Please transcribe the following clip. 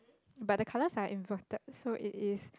but the colours are inverted so it is